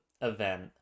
event